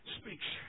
speaks